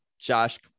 josh